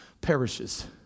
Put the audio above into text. perishes